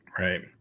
Right